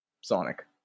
Sonic